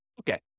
Okay